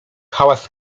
hałas